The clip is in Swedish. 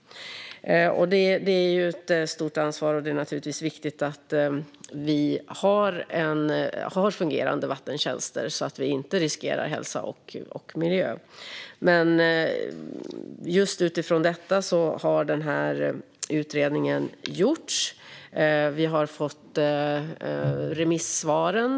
Det är ett stort ansvar. Och det är viktigt att vi har fungerande vattentjänster, så att vi inte riskerar hälsa och miljö. Just utifrån detta har utredningen gjorts. Vi har fått remissvaren.